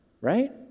right